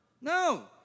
No